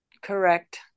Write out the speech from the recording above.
Correct